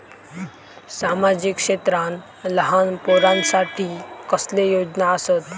सामाजिक क्षेत्रांत लहान पोरानसाठी कसले योजना आसत?